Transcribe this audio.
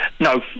No